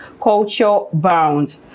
culture-bound